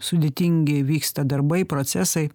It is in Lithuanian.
sudėtingi vyksta darbai procesai